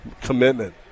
Commitment